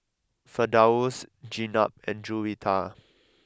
Firdaus Jenab and Juwita